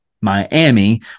Miami